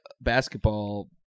basketball